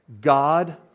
God